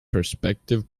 perspective